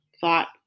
thought